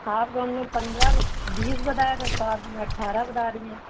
آپ کو ہم نے پندرہ بت بیس بتایا تھا تو آپ ہمیں اٹھارہ بتا رہی ہیں